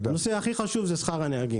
הנושא הכי חשוב הוא שכר הנהגים.